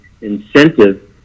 incentive